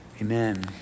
Amen